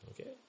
Okay